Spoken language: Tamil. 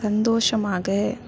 சந்தோஷமாக